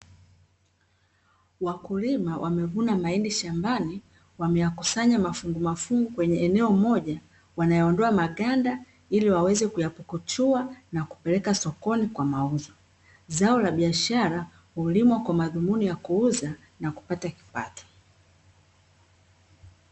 Wakulima wamevuna mahindi shambani wameyakusanya mafungumafungu kwenye eneo moja, wanayaondoa maganda ili waweze kuyapukuchua na kupeleka sokoni kwa mauzo. Zao la biashara hulimwa kwa madhumuni ya kuuza na kupata kipato.